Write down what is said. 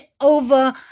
over